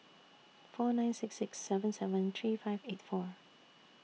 four nine six six seven seven three five eight four